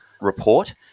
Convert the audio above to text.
report